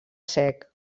sec